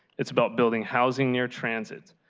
it's about building housing near transit.